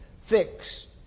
fixed